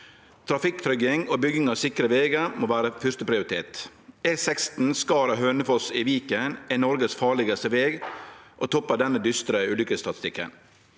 Trafikktrygging og bygging av sikre vegar må vere fyrsteprioritet. E16 Skaret–Hønefoss i Viken er Noregs farlegaste veg og toppar denne dystre ulykkesstatistikken.